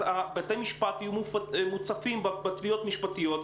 אז בתי המשפט יהיו מוצפים בתביעות משפטיות,